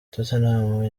tottenham